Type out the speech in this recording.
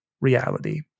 reality